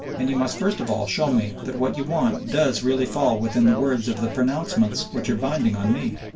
and you must first of all show me that what you want does really fall within the words of the pronouncements which are binding on me.